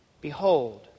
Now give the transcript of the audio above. Behold